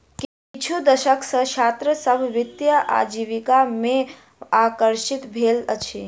किछु दशक सॅ छात्र सभ वित्तीय आजीविका में आकर्षित भेल अछि